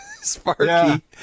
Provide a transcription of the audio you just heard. sparky